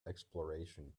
exploration